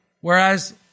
whereas